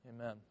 amen